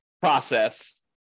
process